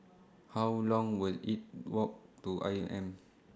How Long Will IT Walk to I M